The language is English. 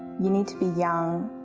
you need to be young,